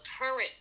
current